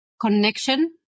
connection